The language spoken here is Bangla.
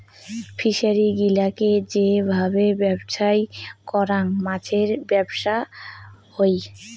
ফিসারী গিলাকে যে ভাবে ব্যবছস্থাই করাং মাছের ব্যবছা হই